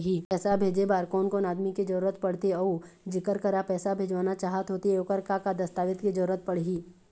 पैसा भेजे बार कोन कोन आदमी के जरूरत पड़ते अऊ जेकर करा पैसा भेजवाना चाहत होथे ओकर का का दस्तावेज के जरूरत पड़ही?